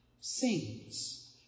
sings